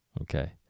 Okay